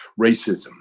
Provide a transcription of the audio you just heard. racism